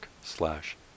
slash